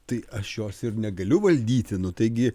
tai aš jos ir negaliu valdyti nu taigi